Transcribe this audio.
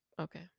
okay